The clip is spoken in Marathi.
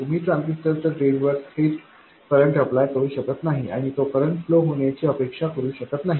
तुम्ही ट्रान्झिस्टरच्या ड्रेनवर थेट करंट अप्लाय करू शकत नाही आणि तो करंट फ्लो होण्याची अपेक्षा करू शकत नाही